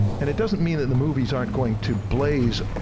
and it doesn't mean that the movies aren't going to blaze,